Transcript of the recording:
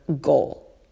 goal